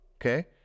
okay